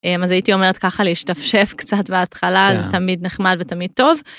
אז הייתי אומרת ככה, להשתפשף קצת בהתחלה, זה תמיד נחמד ותמיד טוב.